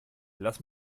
lass